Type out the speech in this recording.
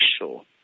sure